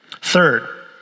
Third